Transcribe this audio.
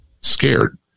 scared